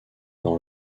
dans